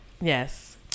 Yes